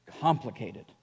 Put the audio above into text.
complicated